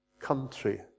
country